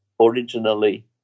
originally